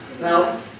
Now